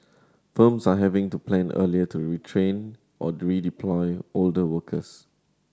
firms are having to plan earlier to retrain or redeploy older workers